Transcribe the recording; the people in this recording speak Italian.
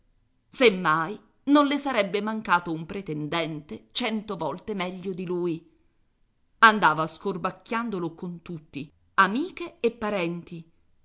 mai non le sarebbe mancato un pretendente cento volte meglio di lui andava scorbacchiandolo con tutti amiche e parenti